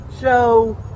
show